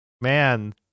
man